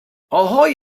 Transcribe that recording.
ahoi